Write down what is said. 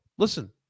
Listen